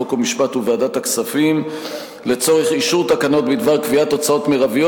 חוק ומשפט וּועדת הכספים לצורך אישור תקנות בדבר קביעת הוצאות מרביות,